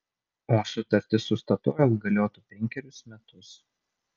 o sutartis su statoil galiotų penkerius metus